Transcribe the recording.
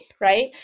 right